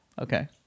Okay